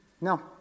No